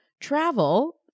Travel